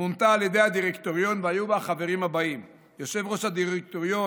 מונתה על ידי הדירקטוריון והיו בה החברים הבאים: יושב-ראש הדירקטוריון